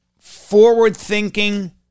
forward-thinking